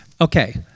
Okay